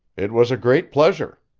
it was a great pleasure.